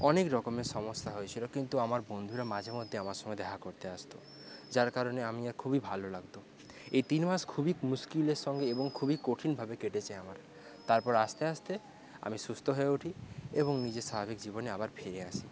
অনেক রকমের সমস্যা হয়েছিলো কিন্তু আমার বন্ধুরা মাঝে মধ্যে আমার সঙ্গে দেখা করতে আসতো যার কারণে আমি খুবই ভালো লাগতো এই তিন মাস খুবই মুশকিলের সঙ্গে এবং খুব কঠিনভাবে কেটেছে আমার তারপর আস্তে আস্তে আমি সুস্থ হয়ে উঠি এবং নিজের স্বাভাবিক জীবনে আবার ফিরে আসি